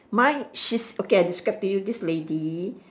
mine she's okay I describe to you this lady